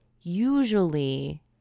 usually